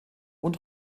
und